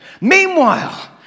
Meanwhile